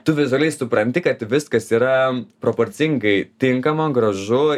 tu vizualiai supranti kad viskas yra proporcingai tinka man gražu